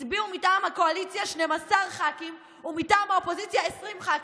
הצביעו מטעם הקואליציה 12 ח"כים ומטעם האופוזיציה 20 ח"כים,